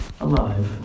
alive